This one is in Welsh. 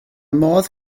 modd